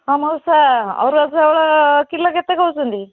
ହଁ ମଉସା ଅରୁଆ ଚାଉଳ କିଲୋ କେତେ କହୁଛନ୍ତି